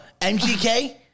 MGK